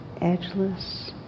edgeless